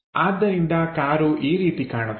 ಆದ್ದರಿಂದ ಕಾರು ಈ ರೀತಿ ಕಾಣುತ್ತದೆ